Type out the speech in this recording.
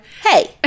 Hey